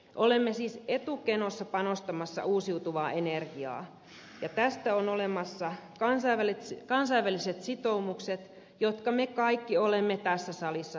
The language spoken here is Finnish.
olemme siis etukenossa panostamassa uusiutuvaan energiaan ja tästä on olemassa kansainväliset sitoumukset jotka me kaikki olemme tässä salissa hyväksyneet